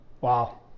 wow